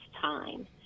time